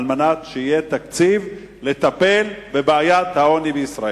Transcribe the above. על מנת שיהיה תקציב לטפל בבעיית העוני בישראל.